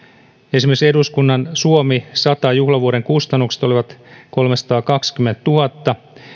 esimerkiksi eduskunnan suomi sata juhlavuoden kustannukset olivat kolmesataakaksikymmentätuhatta